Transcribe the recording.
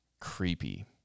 creepy